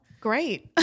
great